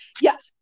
Yes